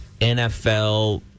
NFL